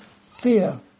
fear